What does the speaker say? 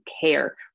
care